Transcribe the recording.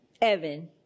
evan